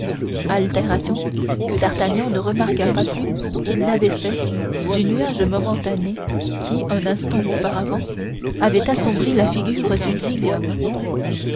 altération que d'artagnan ne remarqua pas plus qu'il n'avait fait du nuage momentané qui un instant auparavant avait assombri la figure du digne homme